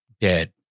dead